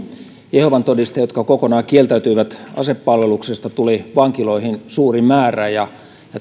jehovan todistajia jotka kokonaan kieltäytyivät asepalveluksesta tuli vankiloihin suuri määrä ja